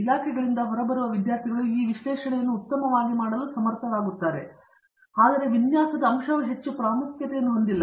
ಇಲಾಖೆಗಳಿಂದ ಹೊರಬರುವ ವಿದ್ಯಾರ್ಥಿಗಳು ಈ ವಿಶ್ಲೇಷಣೆಯನ್ನು ಉತ್ತಮವಾಗಿ ಮಾಡಲು ಸಮರ್ಥರಾಗಿದ್ದಾರೆ ಆದರೆ ವಿನ್ಯಾಸದ ಅಂಶವು ಹೆಚ್ಚು ಪ್ರಾಮುಖ್ಯತೆಯನ್ನು ಹೊಂದಿಲ್ಲ